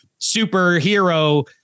superhero